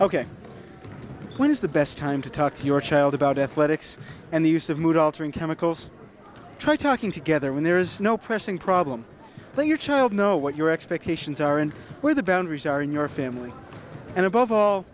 ok when is the best time to talk to your child about athletics and the use of mood altering chemicals try talking together when there is no pressing problem with your child know what your expectations are and where the boundaries are in your family and above all